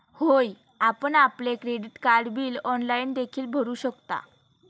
होय, आपण आपले क्रेडिट कार्ड बिल ऑनलाइन देखील भरू शकता